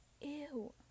Ew